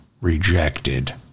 rejected